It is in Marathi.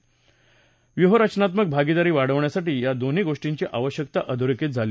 आणि व्यूहरचनात्मक भागीदारी वाढवण्यासाठी या दोन्ही गोष्टींची आवश्यकता अधोरेखित झाली